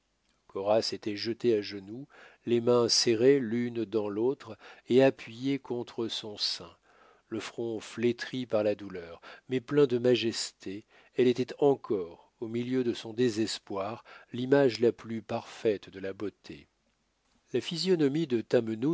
cora s'était jetée à genoux les mains serrées l'une dans l'autre et appuyées contre son sein le front flétri par la douleur mais plein de majesté elle était encore au milieu de son désespoir l'image la plus parfaite de la beauté la physionomie de